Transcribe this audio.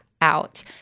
out